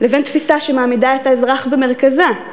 לבין תפיסה שמעמידה את האזרח במרכזה,